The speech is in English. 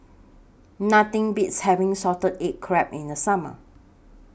Nothing Beats having Salted Egg Crab in The Summer